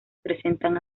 presentan